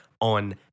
on